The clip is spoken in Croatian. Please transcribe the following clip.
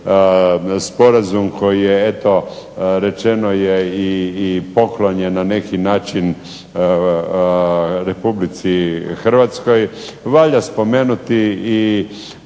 sporazum koji je eto rečeno je i poklonjen na neki način Republici Hrvatskoj valja spomenuti i